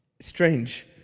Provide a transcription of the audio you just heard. Strange